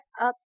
up